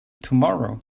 tomorrow